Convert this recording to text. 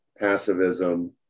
passivism